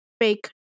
fake